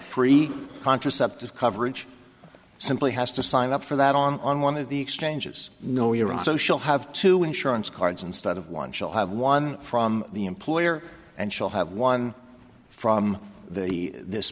free contraceptive coverage simply has to sign up for that on on one of the exchanges no you're on social have to insurance cards instead of one she'll have one from the employer and she'll have one from the this